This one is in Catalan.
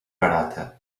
barata